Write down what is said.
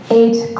eight